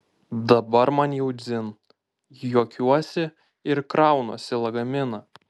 dabar man jau dzin juokiuosi ir kraunuosi lagaminą